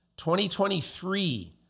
2023